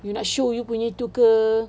you nak show you punya itu ke